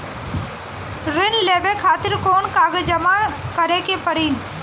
ऋण लेवे खातिर कौन कागज जमा करे के पड़ी?